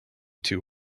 two